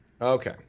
Okay